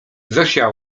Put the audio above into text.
zosia